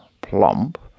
plump